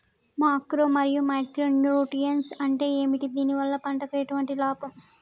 Macro మరియు micro nutrients అంటే ఏమిటి? దీనివల్ల పంటకు ఎటువంటి లాభం?